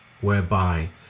whereby